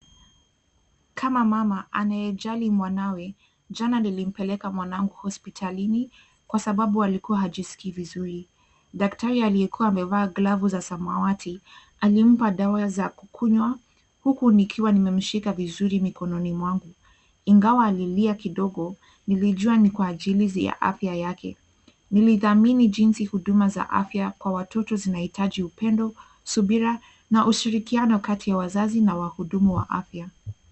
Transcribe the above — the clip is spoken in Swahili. Kama mama anayejali mwanawe, jana nilimpeleka mwanangu hospitalini kwa sababu alikuwa hajisikii vizuri. Daktari aliyekuwa amevaa glavu za samawati, alimpa dawa za kukunywa, huku nikiwa nimemshika vizuri mikononi mwangu. Ingawa alilia kidogo, nilijua ni kwa ajili ya afya yake. Nilidhamini jinsi huduma za afya kwa watoto zinahitaji upendo ,subira na ushirikiano kati ya wazazi na wahudumu wa afya.